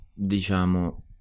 diciamo